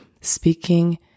speaking